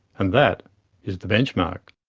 and that is the benchmark.